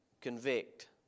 convict